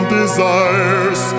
desires